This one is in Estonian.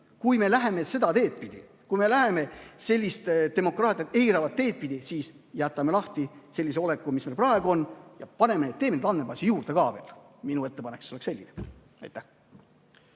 kui me läheme seda teed pidi, kui me läheme sellist demokraatiat eiravat teed pidi, siis jätame sellise oleku, mis meil praegu on, ja teeme neid andmebaase juurde ka veel. Minu ettepanek oleks selline. Nagu